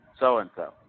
so-and-so